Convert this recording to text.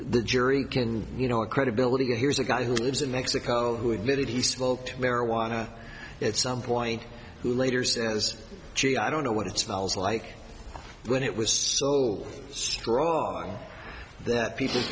the jury can you know a credibility here's a guy who lives in mexico who admitted he smoked marijuana at some point who later says gee i don't know what it smells like when it was so strong that piece